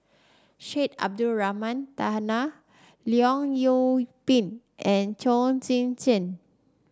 Syed Abdulrahman Taha Leong Yoon Pin and Chong Tze Chien